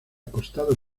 costado